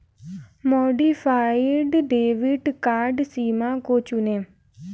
modified debit card सीमा को चुनें